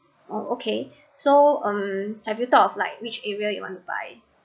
oh okay so um have you thought of like which area you want to buy